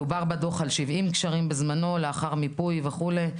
דובר בזמנו בדוח על 70 גשרים לאחר מיפוי וכולי.